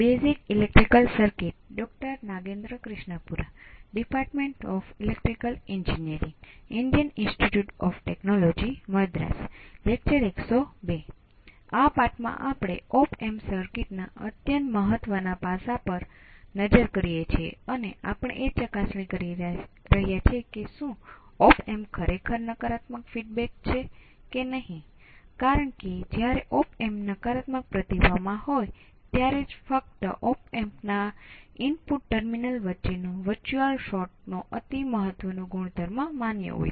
આપણે પહેલેથી જ ચર્ચા કરી ચૂક્યા છીએ કે સર્કિટ માં હોય